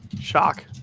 Shock